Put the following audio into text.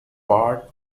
part